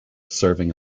serving